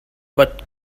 but